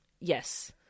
yes